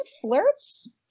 flirts